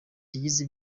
yagize